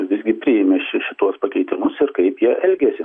visgi priėmė ši šituos pakeitimus ir kaip jie elgėsi